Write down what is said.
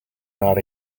not